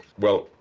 well,